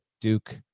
Duke